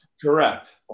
Correct